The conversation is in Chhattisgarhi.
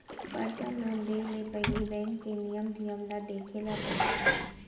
परसनल लोन देय ले पहिली बेंक के नियम धियम ल देखे ल परथे